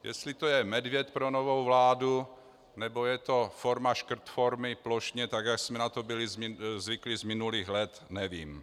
Jestli to je medvěd pro novou vládu, nebo je to forma škrtformy plošně, tak jak jsme na to byli zvyklí z minulých let, nevím.